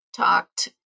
talked